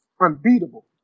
unbeatable